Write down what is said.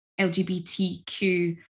LGBTQ